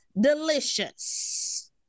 delicious